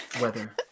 weather